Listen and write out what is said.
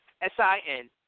S-I-N